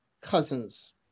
cousins